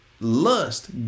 lust